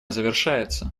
завершается